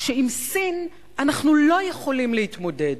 שעם סין אנחנו לא יכולים להתמודד,